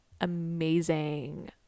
amazing